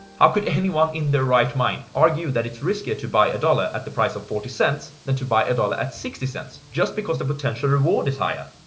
how could anyone in their right mind argue that it's riskier to buy a dollar at the price of forty cents than to buy a dollar at sixty cents, just because the potential reward is higher?